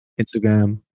Instagram